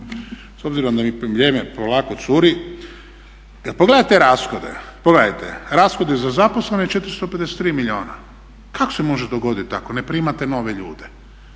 S obzirom da mi vrijeme polako curi. Kad pogledate rashode, pogledajte rashodi za zaposlene 453 milijuna. Kako se može dogoditi ako ne primate nove ljude?